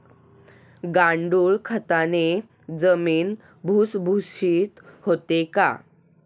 गांडूळ खताने जमीन भुसभुशीत होते का?